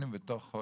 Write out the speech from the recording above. לבין משרד התחבורה,